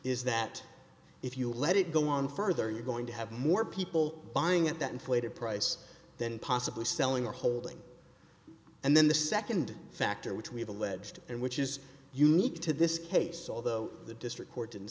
is that if you let it go on further you're going to have more people buying at that inflated price than possibly selling or holding and then the second factor which we have alleged and which is unique to this case although the district court didn't